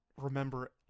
remember